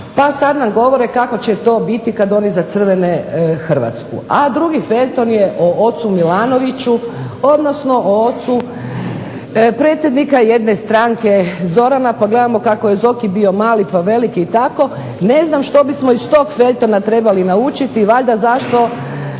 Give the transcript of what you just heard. pa sad nam govore kako će to biti kad oni zacrvene Hrvatsku. A drugi feljton je o ocu Milanoviću, odnosno o ocu predsjednika jedne stranke Zorana pa gledamo kako je Zoki bio mali pa veliki i tako. Ne znam što bismo iz tog feljtona trebali naučiti, valjda zašto